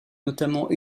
notamment